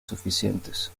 suficientes